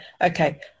okay